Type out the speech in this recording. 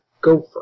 gopher